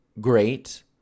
great